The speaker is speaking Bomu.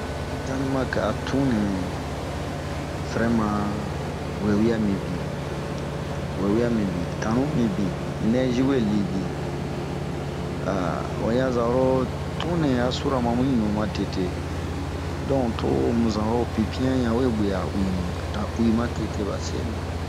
Danimark a tun nɛɛ vɛrɛma wewia minbin.wewia minbin, tanu minbin, nɛzi we li bin haa wa ɲan zan 'oro tun nɛ a sura ma mu ɲuu matete. Donke to bun zan'oro pinpian ɲawe uwibin,a uwi matete ba sebin.